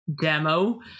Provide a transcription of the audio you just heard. demo